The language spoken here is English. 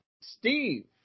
Steve